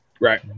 Right